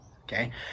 okay